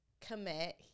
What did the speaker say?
commit